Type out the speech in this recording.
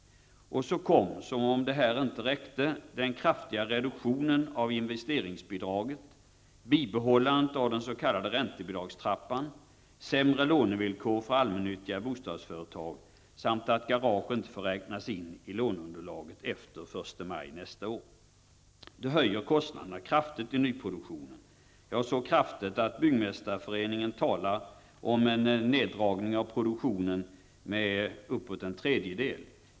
Som om inte detta räckte, kom den kraftiga reduktionen av investeringsbidraget, bibehållandet av den s.k. räntebidragstrappan, sämre lånevillkor för allmännyttiga bostadsföretag samt att garage inte får räknas in i låneunderlaget efter den 1 maj nästa år. Detta höjer kostnaderna kraftigt i nyproduktionen -- ja så kraftigt att Byggmästareföreningen talar om en neddragning av produktionen med ungefär en tredjedel.